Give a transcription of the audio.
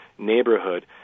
Neighborhood